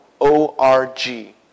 o-r-g